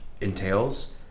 entails